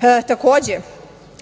zdravi.